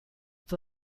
the